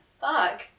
Fuck